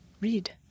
read